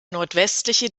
nordwestliche